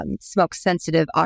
smoke-sensitive